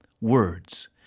words